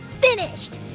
Finished